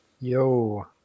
Yo